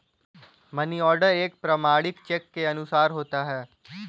money order एक प्रमाणिक cheque के समान होता है